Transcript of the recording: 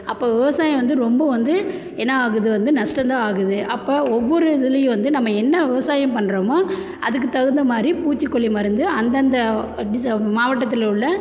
அப்போ விவசாயம் வந்து ரொம்ப வந்து என்னாகுது வந்து நஷ்டந்தான் ஆகுது அப்போ ஒவ்வொரு இதிலையும் வந்து நம்ம என்ன விவசாயம் பண்ணுறோமோ அதுக்குத் தகுந்த மாதிரி பூச்சிக்கொல்லி மருந்து அந்தந்த டிஸ் மாவட்டத்தில் உள்ள